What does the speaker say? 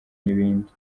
n’ibindi